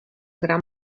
gran